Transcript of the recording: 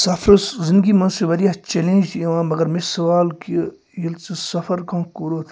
سَفرَس زِنٛدگی منٛز چھِ وارِیاہ چَلینج یِوان مَگَر مےٚ چھِ سَوال کہِ ییٚلہِ ژٕ سَفَر کانٛہہ کوٚرُتھ